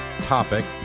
topic